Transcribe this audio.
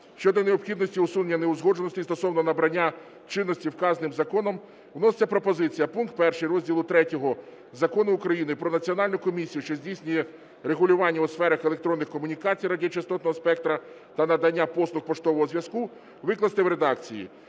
щодо необхідності усунення неузгодженостей стосовно набрання чинності вказаним законом вноситься пропозиція: пункт 2 розділу ІІІ Закону України "Про Національну комісію, що здійснює регулювання у сферах електронних комунікацій, радіочастотного спектра та надання послуг поштового зв'язку" викласти в редакції: